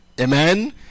Amen